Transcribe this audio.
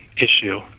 issue